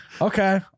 Okay